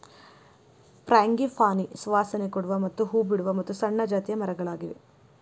frangipani ಸುವಾಸನೆ ಕೊಡುವ ಮತ್ತ ಹೂ ಬಿಡುವ ಮತ್ತು ಸಣ್ಣ ಜಾತಿಯ ಮರಗಳಾಗಿವೆ